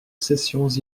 cessions